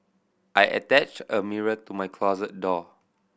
I attached a mirror to my closet door